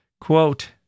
quote